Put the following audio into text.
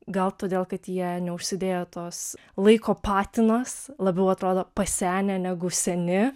gal todėl kad jie neužsidėjo tos laiko patinos labiau atrodo pasenę negu seni